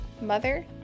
mother